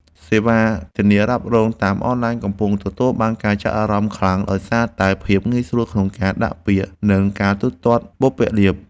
សេវាធានារ៉ាប់រងតាមអនឡាញកំពុងទទួលបានការចាប់អារម្មណ៍ខ្លាំងដោយសារតែភាពងាយស្រួលក្នុងការដាក់ពាក្យនិងការទូទាត់បុព្វលាភ។